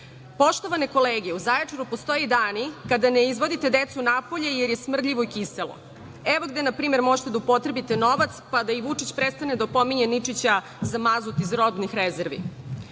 dim. Poštovane kolege u Zaječaru postoje dani kada ne izvodite decu napolje jer je smrdljivo i kiselo. Evo, gde na primer možete da upotrebite novac, pa da i Vučić prestane da opominje Ničića za mazut iz robnih rezervi.